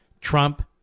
Trump